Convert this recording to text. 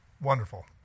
Wonderful